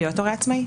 להיות הורה עצמאי.